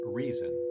reason